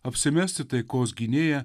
apsimesti taikos gynėja